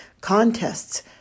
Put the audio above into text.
contests